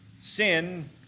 sin